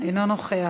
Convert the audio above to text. אינו נוכח,